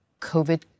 COVID